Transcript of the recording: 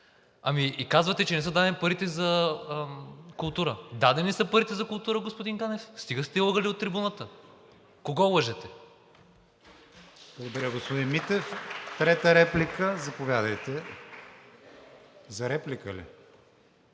ами и казвате, че не са дадени парите за култура. Дадени са парите за култура, господин Ганев. Стига сте лъгали от трибуната. Кого лъжете?